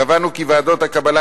קבענו כי ועדות הקבלה,